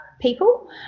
people